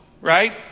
Right